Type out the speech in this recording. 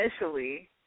initially